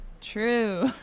True